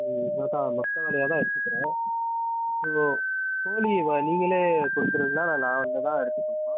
ம் அதான் மொத்த வெலையாக தான் எடுத்துக்குறேன் ஓ கோழி வ நீங்களே கொடுத்துருவிங்களா இல்லை நான் வந்து தான் எடுத்துக்கணுமா